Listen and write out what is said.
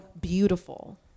beautiful